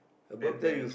then there is